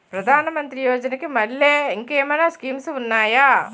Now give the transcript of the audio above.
ప్రధాన మంత్రి యోజన కి మల్లె ఇంకేమైనా స్కీమ్స్ ఉన్నాయా?